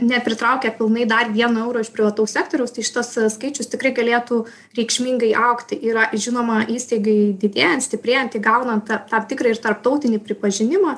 nepritraukia pilnai dar vieno euro iš privataus sektoriaus tai šitas skaičius tikrai galėtų reikšmingai augti yra žinoma įstaigai didėjant stiprėjant įgaunant tam tikrą ir tarptautinį pripažinimą